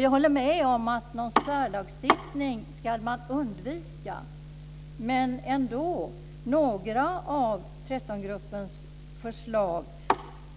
Jag håller med om att man ska undvika särlagstiftning, men några av 13 gruppens förslag